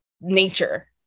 nature